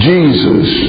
Jesus